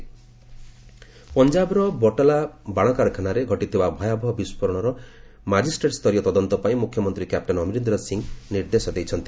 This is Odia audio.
ପଞ୍ଜାବ ଫାୟାର୍ ପଞ୍ଜାବର ବଟାଲା ବାଣ କାରଖାନାରେ ଘଟିଥିବା ଭୟାବହ ବିସ୍ଫୋରଣର ମାଜିଷ୍ଟ୍ରେଟ୍ ସ୍ତରୀୟ ତଦନ୍ତ ପାଇଁ ମୁଖ୍ୟମନ୍ତ୍ରୀ କ୍ୟାପ୍ଟେନ ଅମରିନ୍ଦ୍ର ସିଂ ନିର୍ଦ୍ଦେଶ ଦେଇଛନ୍ତି